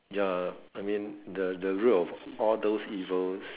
ya I mean the the root of all those evils